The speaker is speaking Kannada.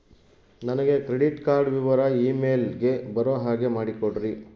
ನನಗೆ ಕ್ರೆಡಿಟ್ ಕಾರ್ಡ್ ವಿವರ ಇಮೇಲ್ ಗೆ ಬರೋ ಹಾಗೆ ಮಾಡಿಕೊಡ್ರಿ?